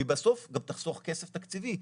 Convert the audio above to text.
ובסוף גם תחסוך כסף תקציבי.